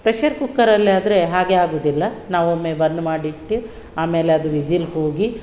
pressure ಕುಕ್ಕರಲ್ಲಿ ಆದರೆ ಹಾಗೆ ಆಗೋದಿಲ್ಲ ನಾವು ಒಮ್ಮೆ ಬಂದ್ ಮಾಡಿಟ್ಟು ಆಮೇಲೆ ಅದು ವಿಝಿಲ್ ಕೂಗಿ